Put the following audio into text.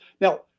Now